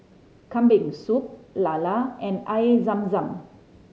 Kambing Soup lala and Air Zam Zam